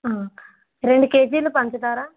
రెండు కేజీలు పంచదార